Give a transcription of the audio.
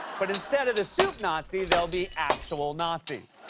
but instead of the soup nazi, they'll be actual nazis.